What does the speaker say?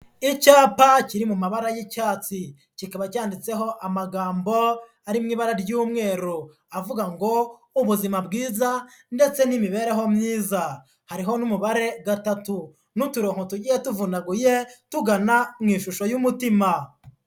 Icyapa kiri mu mabara y'icyatsi, kikaba cyanditseho amagambo ari mu ibara ry'umweru, avuga ngo ''Ubuzima bwiza ndetse n'imibereho myiza'' hariho n'umubare gatatu n'uturongo tugiye tuvunaguye tugana mu ishusho y'umutima.